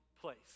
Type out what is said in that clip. place